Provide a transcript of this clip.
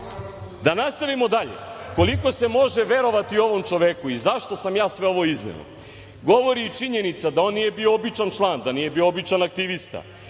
nastavimo dalje. Koliko se može verovati ovom čoveku i zašto sam ja sve ovo izneo? Govori i činjenica da on nije bio običan član, da nije bio običan aktivista